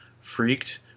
Freaked